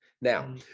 Now